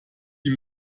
die